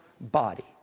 body